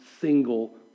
single